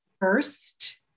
first